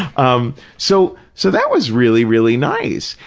um so so, that was really, really nice.